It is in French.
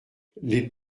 les